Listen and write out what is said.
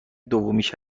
دومیش